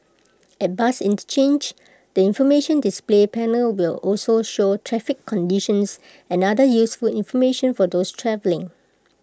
at bus interchanges the information display panel will also show traffic conditions and other useful information for those travelling